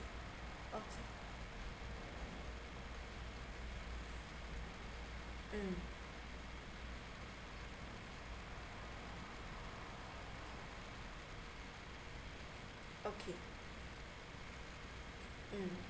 okay mm